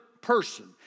person